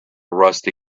rusty